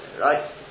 right